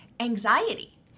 anxiety